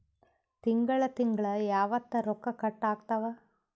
ತಿಂಗಳ ತಿಂಗ್ಳ ಯಾವತ್ತ ರೊಕ್ಕ ಕಟ್ ಆಗ್ತಾವ?